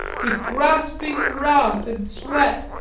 with gasping wrath and sweat.